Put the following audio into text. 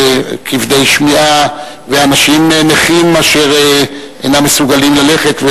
כבדי שמיעה ואנשים נכים אשר אינם מסוגלים ללכת,